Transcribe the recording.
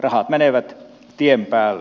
rahat menevät tien päälle